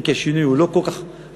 אם כי השינוי הוא לא כל כך משמעותי,